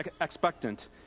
expectant